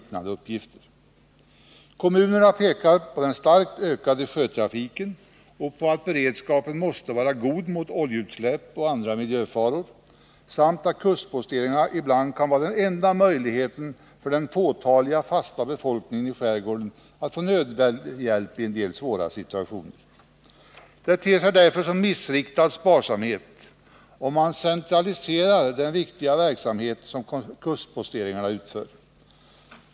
Kommunerna pekar på den starkt ökade sjötrafiken och på att beredska pen måste vara god mot oljeutsläpp och andra miljöfaror samt på att kustposteringarna ibland kan vara enda möjligheten för den fåtaliga fasta befolkningen i skärgården att få nödvändig hjälp i en del svåra situationer. Det ter sig därför som en missriktad sparsamhet om man centraliserar den viktiga verksamhet som kustposteringarna utför.